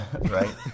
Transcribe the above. Right